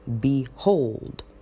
Behold